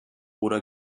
oder